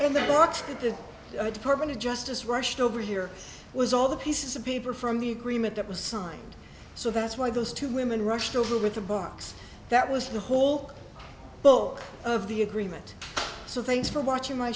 what the department of justice rushed over here was all the pieces of paper from the agreement that was signed so that's why those two women rushed over with a box that was the whole book of the agreement so thanks for watching my